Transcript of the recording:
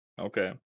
Okay